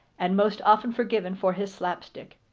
and most often forgiven for his slapstick.